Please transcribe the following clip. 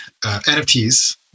NFTs